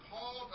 called